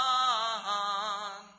on